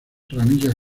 ramillas